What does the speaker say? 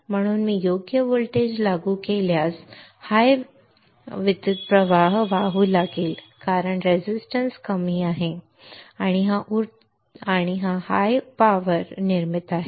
म्हणून मी योग्य व्होल्टेज लागू केल्यास हाई विद्युत प्रवाह वाहू लागेल कारण रेजिस्टन्स कमी आहे आणि हा हाई पॉवर ची निर्मिती आहे